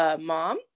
mom